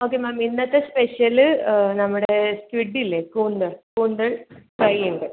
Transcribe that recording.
okay ma'am ഇന്നത്തെ special നമ്മുടെ squid ഇല്ലേ കൂന്തൽ കൂന്തൽ ഫ്രൈ ഉണ്ട്